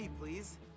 please